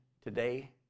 today